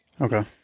Okay